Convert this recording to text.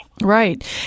Right